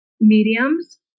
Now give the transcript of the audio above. mediums